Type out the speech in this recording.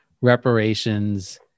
reparations